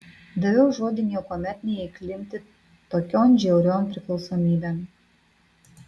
daviau žodį niekuomet neįklimpti tokion žiaurion priklausomybėn